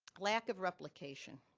lack of replication.